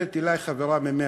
מתקשרת אלי חברה ממרצ,